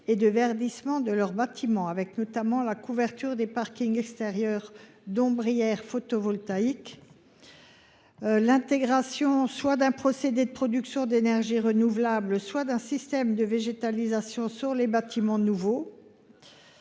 de verdissement de leurs bâtiments : couverture des parkings extérieurs d’ombrières photovoltaïques ; intégration soit d’un procédé de production d’énergies renouvelables, soit d’un système de végétalisation sur les bâtiments nouveaux